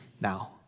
now